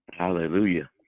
Hallelujah